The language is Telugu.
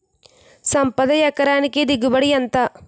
సంపద ఎకరానికి దిగుబడి ఎంత?